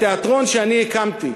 בתיאטרון שאני הקמתי,